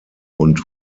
und